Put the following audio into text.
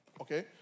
Okay